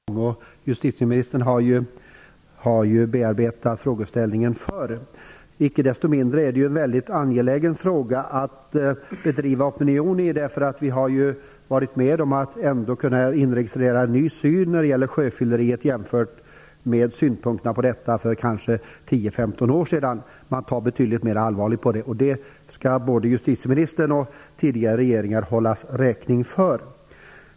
Herr talman! Jag vill först tacka justitieministern för svaret. Denna fråga har blivit något av en följetong, och justitieministern har också bearbetat frågeställningen förut. Icke desto mindre är det mycket angeläget att bedriva opinionsbildning på detta område. Vi har kunnat inregistrera en ny syn på sjöfylleriet jämfört med med vad som var fallet för 10 - 15 år sedan. Man tar nu betydligt allvarligare på dessa frågor, och det skall både justitieministern och tidigare regeringar hållas räkning för.